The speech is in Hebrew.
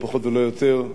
לא פחות ולא יותר,